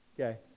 Okay